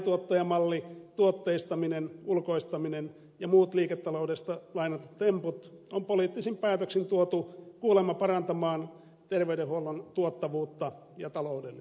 tilaajatuottaja malli tuotteistaminen ulkoistaminen ja muut liiketaloudesta lainatut temput on poliittisin päätöksin tuotu kuulemma parantamaan terveydenhuollon tuottavuutta ja taloudellisuutta